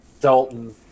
Dalton